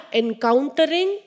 encountering